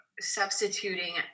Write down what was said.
substituting